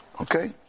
Okay